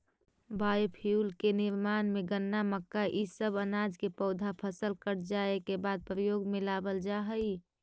biofuel के निर्माण में गन्ना, मक्का इ सब अनाज के पौधा फसल कट जाए के बाद प्रयोग में लावल जा हई